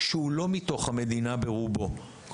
שברובו הוא לא מתוך המדינה; כלומר,